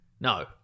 No